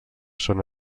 són